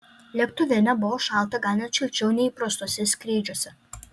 lėktuve nebuvo šalta gal net šilčiau nei įprastuose skrydžiuose